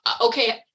okay